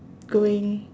going